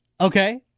Okay